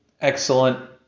excellent